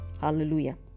Hallelujah